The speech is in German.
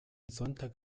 sonntag